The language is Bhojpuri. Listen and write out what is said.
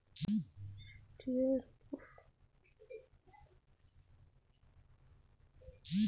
वित्तीय अर्थशास्त्र सूक्ष्मअर्थशास्त्र आउर बुनियादी लेखांकन अवधारणा पे बहुत जादा आधारित हौ